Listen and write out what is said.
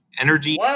energy